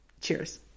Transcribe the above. Cheers